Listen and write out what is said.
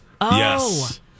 Yes